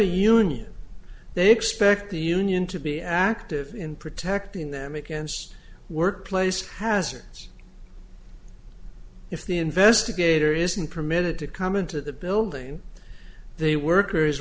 a union they expect the union to be active in protecting them against workplace hazards if the investigator isn't permitted to come into the building they workers